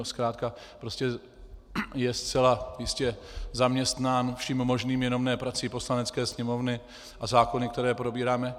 Zkrátka prostě je zcela jistě zaměstnán vším možným jenom ne prací Poslanecké sněmovny a zákony, které probíráme.